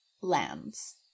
lands